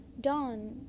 Don